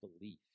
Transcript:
belief